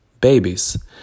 babies